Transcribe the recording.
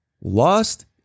lost